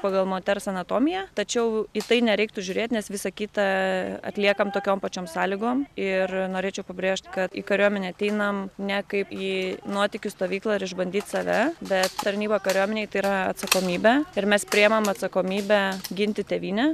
pagal moters anatomiją tačiau į tai nereiktų žiūrėt nes visa kita atliekam tokiom pačiom sąlygom ir norėčiau pabrėžt kad į kariuomenę ateinam ne kaip į nuotykių stovyklą ir išbandyt save bet tarnyba kariuomenėj tai yra atsakomybė ir mes priemam atsakomybę ginti tėvynę